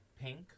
Pink